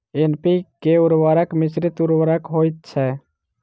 NPK उर्वरक मिश्रित उर्वरक होइत छै